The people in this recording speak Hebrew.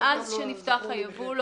ברשתות השיווק.